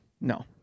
No